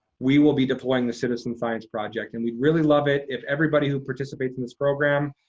we will be deploying the citizen science project, and we'd really love it if everybody who participates in this program,